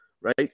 right